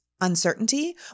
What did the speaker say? uncertainty